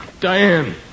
Diane